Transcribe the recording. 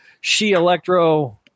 She-Electro